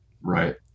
Right